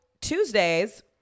Tuesdays